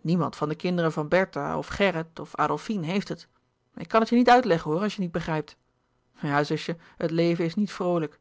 niemand van de kinderen van bertha of gerrit of adolfine heeft het ik kan het je niet uitleggen hoor als je het niet begrijpt ja zusje het leven is niet vroolijk